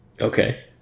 Okay